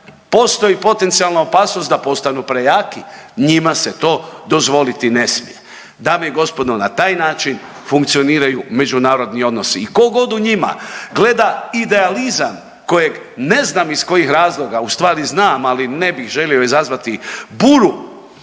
Postoji potencijalna opasnost da postanu prejaki. Njima se to dozvoliti ne smije. Dame i gospodo, na taj način funkcioniraju međunarodni odnosi i tko god u njima gleda idealizam kojeg ne znam iz kojih razloga, u stvari znam ali ne bih želio izazvati buru